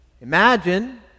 Imagine